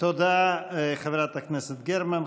תודה, חברת הכנסת גרמן.